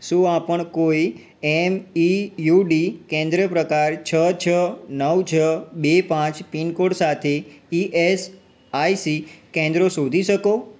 શું આપણ કોઈ એમ ઇ યુ ડી કેન્દ્ર પ્રકાર છ છ નવ છ બે પાંચ પિન કોડ સાથે ઇ એસ આઇ સી કેન્દ્રો શોધી શકો